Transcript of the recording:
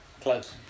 Close